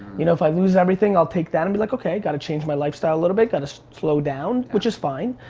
you know, if i lose everything, i'll take that and be like, okay, gotta change my lifestyle a little bit, gotta slow down, which is fine,